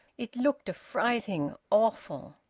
it looked affrighting, awful.